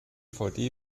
dvd